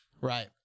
Right